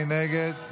מי נגד?